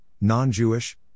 non-Jewish